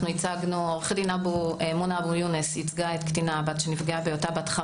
עו"ד מונא אבו יונס הציגה קטינה בת 5,